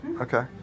Okay